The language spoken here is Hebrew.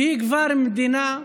שהיא כבר מדינה,